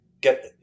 get